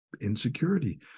insecurity